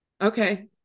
Okay